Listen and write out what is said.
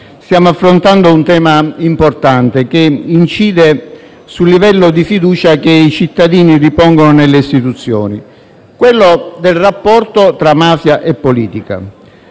stiamo affrontando un tema importante, che incide sul livello di fiducia che i cittadini ripongono nelle istituzioni, ossia il rapporto tra mafia e politica.